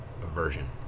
version